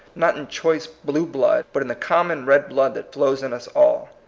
not in choice blue blood, but in the common red blood that flows in us all.